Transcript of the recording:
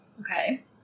Okay